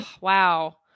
wow